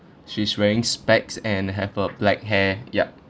she's wearing specs and have a black hair yup